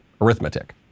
arithmetic